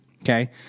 Okay